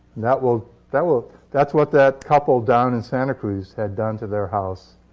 that will that will that's what that couple down in santa cruz had done to their house,